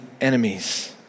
enemies